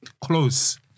Close